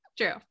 true